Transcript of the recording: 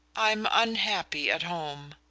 i'm unhappy at home.